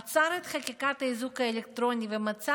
עצר את חקיקת האיזוק האלקטרוני ומצא